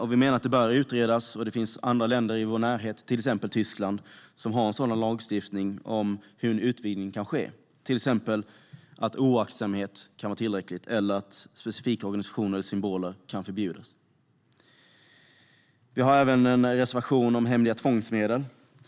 Vi menar att det bör utredas. Det finns andra länder i vår närhet, till exempel Tyskland, som har en sådan lagstiftning där vi kan se hur en utvidgning kan ske. Det gäller till exempel att oaktsamhet kan vara tillräckligt eller att specifika organisationer eller symboler kan förbjudas. Vi har även en reservation om hemliga tvångsmedel.